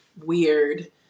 weird